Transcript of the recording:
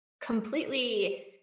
completely